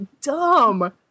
dumb